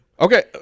Okay